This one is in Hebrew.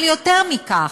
אבל יותר מכך,